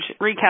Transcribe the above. recap